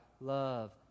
Love